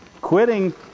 Quitting